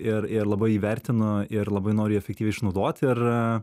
ir ir labai jį vertinu ir labai noriu jį efektyviai išnaudot ir